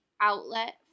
outlet